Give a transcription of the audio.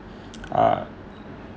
err